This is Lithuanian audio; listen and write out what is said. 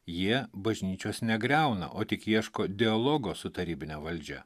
jie bažnyčios negriauna o tik ieško dialogo su tarybine valdžia